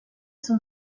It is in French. son